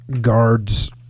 guards